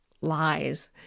lies